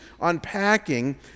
unpacking